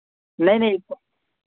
नहीं नहीं